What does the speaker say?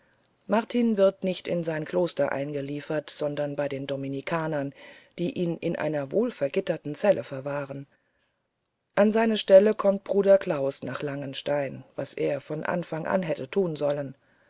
martin wird nicht in sein kloster eingeliefert sondern bei den dominikanern die ihn in einer wohlvergitterten zelle verwahren an seine stelle kommt bruder klaus nach langenstein was er von anfang an hätte tun sollen